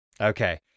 Okay